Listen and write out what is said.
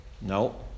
No